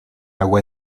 agua